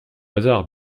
hasard